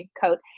coat